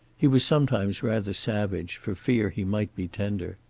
he was sometimes rather savage, for fear he might be tender.